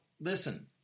listen